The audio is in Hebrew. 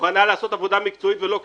מוכנה לעשות עבודה מקצועית ולא כותרות,